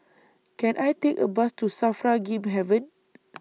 Can I Take A Bus to SAFRA Game Haven